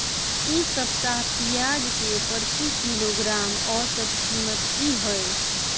इ सप्ताह पियाज के प्रति किलोग्राम औसत कीमत की हय?